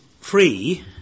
free